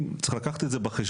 וככה ראוי וככה נכון לעשות.